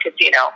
casino